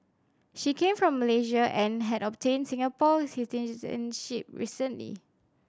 she came from Malaysia and had obtained Singapore citizenship recently